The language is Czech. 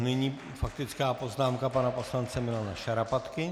Nyní faktická poznámka pana poslance Milana Šarapatky.